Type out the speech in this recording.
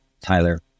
Tyler